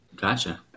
Gotcha